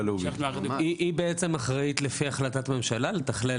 היא בעצם אחראית לפי החלטת הממשלה לתכלל